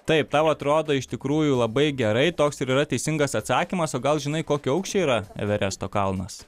taip tau atrodo iš tikrųjų labai gerai toks ir yra teisingas atsakymas o gal žinai kokio aukščio yra everesto kalnas